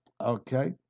okay